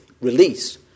release